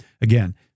Again